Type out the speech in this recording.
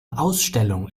ausstellung